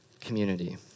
community